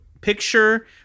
picture